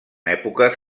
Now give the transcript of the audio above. èpoques